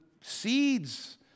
seeds